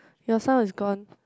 your sound is gone